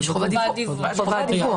חובת דיווח.